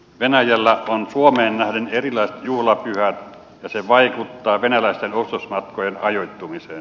venäjällä on suomeen nähden erilaiset juhlapyhät ja se vaikuttaa venäläisten ostosmatkojen ajoittumiseen